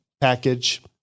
package